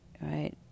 right